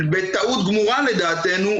בטעות גמורה לדעתנו,